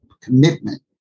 commitment